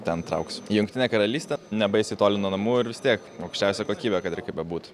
ten trauksiu jungtinė karalystė nebaisiai toli nuo namų ir vis tiek aukščiausia kokybė kad ir kaip bebūtų